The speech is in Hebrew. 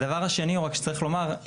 הדבר השני רק שצריך לומר,